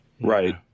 Right